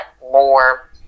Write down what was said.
more